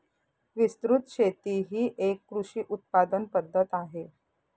विस्तृत शेती ही एक कृषी उत्पादन पद्धत आहे